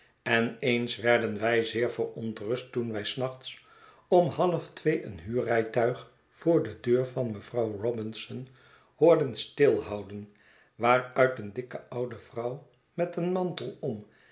en eens werden wij zeer verontrust toen wij s nachts om half twee een huurrijtuig voor de deur van mevrouw robinson hoorden stilhouden waaruit een dikke oude vrouw met een mantel om